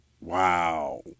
Wow